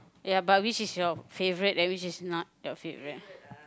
ya but which is your favourite and which is not your favourite